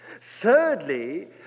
Thirdly